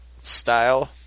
style